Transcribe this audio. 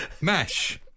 mash